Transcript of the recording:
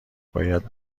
باید